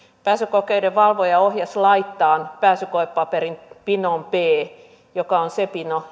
pääsykokeiden valvoja ohjasi laittamaan pääsykoepaperin pinoon b joka on se pino